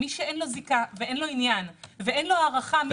מי שאין לו זיקה ואין לו עניין ואין לו הערכה לא יהמר.